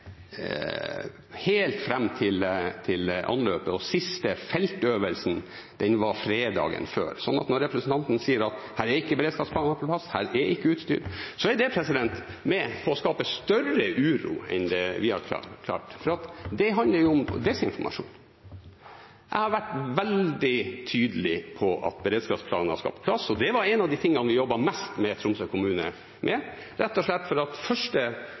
helt fram til anløpet, og siste feltøvelse var fredagen før. Så når representanten sier at det ikke er beredskapsplaner, at det ikke er utstyr, er det med på å skape større uro enn det vi har klart, for det handler om desinformasjon. Jeg har vært veldig tydelig på at beredskapsplaner skal på plass. Det var noe av det vi jobbet mest med Tromsø kommune om, rett og slett fordi at på det første